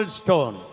stone